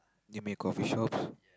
you mean a coffeeshop